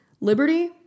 liberty